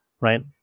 right